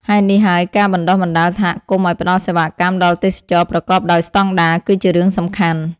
ហេតុនេះហើយ ការបណ្ដុះបណ្ដាលសហគមន៍ឱ្យផ្ដល់សេវាកម្មដល់ទេសចរណ៍ប្រកបដោយស្តង់ដារ គឺជារឿងសំខាន់។